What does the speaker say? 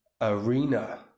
arena